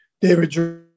David